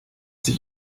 sich